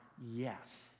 yes